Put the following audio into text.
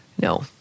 no